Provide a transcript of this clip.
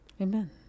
Amen